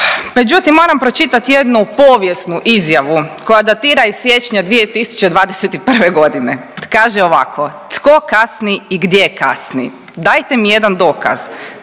Međutim moram pročitat jednu povijesnu izjavu koja datira iz siječnja 2021.g.. Kaže ovako, tko kasni i gdje kasni, dajte mi jedan dokaz,